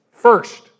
First